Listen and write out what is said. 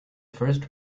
first